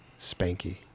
Spanky